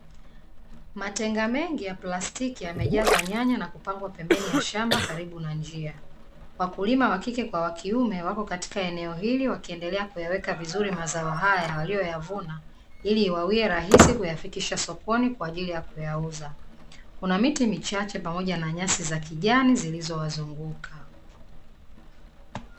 Matenga mengi ya plastiki yamejazwa nyanya na kupangwa pembeni ya shamba karibu na njia. Wakulima wa kike kwa wakiume wako katika eneo hili wakiendelea kuyaweka vizuri mazao haya walioyavuna, ili iwawie rahisi kuyafikisha sokoni kwa ajili ya kuyauza. Kuna miti michache pamoja na nyasi za kijani zilizowazunguka.